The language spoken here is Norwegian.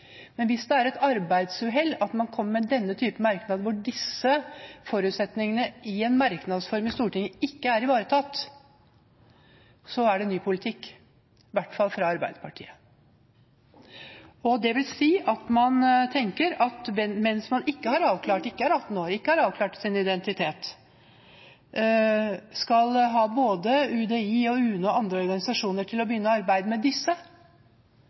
Men hvis det er et arbeidsuhell at man kommer med denne typen merknader, hvor disse forutsetningene i merknads form i Stortinget ikke er ivaretatt, så er det en ny politikk, i hvert fall fra Arbeiderpartiet. Det vil si at man tenker at mens man ikke har avklart – ikke har fylt 18 år, og ikke har avklart sin identitet – skal man ha både UDI, UNE og andre organisasjoner til å begynne å arbeide med disse,